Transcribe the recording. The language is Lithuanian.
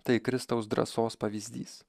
tai kristaus drąsos pavyzdys